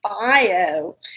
bio